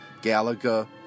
Galaga